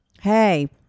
Hey